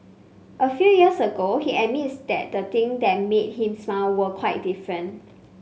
a few years ago he admits that the thing that made him smile were quite different